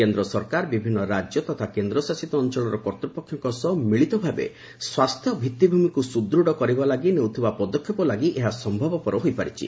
କେନ୍ଦ୍ର ସରକାର ବିଭିନ୍ନ ରାଜ୍ୟ ତଥା କେନ୍ଦ୍ରଶାସିତ ଅଞ୍ଚଳର କର୍ତ୍ତପକ୍ଷଙ୍କ ସହିତ ମିଳିତ ଭାବେ ସ୍ୱାସ୍ଥ୍ୟ ଭିତ୍ତିଭୂମିକୁ ସୁଦୃଢ଼ କରିବା ଲାଗି ନେଉଥିବା ପଦକ୍ଷେପ ଲାଗି ଏହା ସମ୍ଭବପର ହୋଇପାରିଛି